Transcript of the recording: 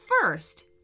first